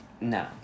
No